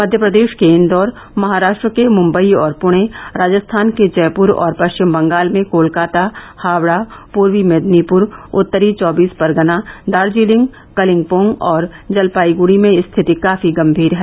मध्यप्रदेश के इंदौर महाराष्ट्र के मुंबई और पूर्ण राजस्थान के जयपुर और पश्चिम बंगाल में कोलकाता हावडा पूर्वी मेदिनीपुर उत्तरी चौबीस परगना दार्जिलिंग कलिगपोंग और जलपाईगुड़ी में रिथति काफी गंभीर है